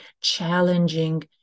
challenging